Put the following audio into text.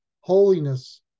holiness